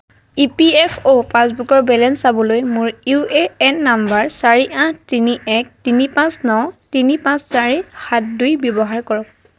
ই P F O পাছবুকৰ balance চাবলৈ মোৰ ইউ এ এন নম্বৰ চাৰি আঠ তিনি এক তিনি পাঁচ ন তিনি পাঁচ চাৰি সাত দুই ব্যৱহাৰ কৰক